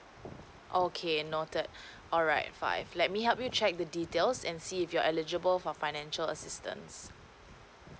okay noted alright five let me help you check the details and see if you're eligible for financial assistance